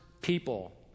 people